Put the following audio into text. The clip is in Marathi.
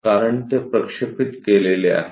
कारण ते प्रक्षेपित केलेले आहे